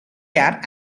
jaar